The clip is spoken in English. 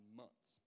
months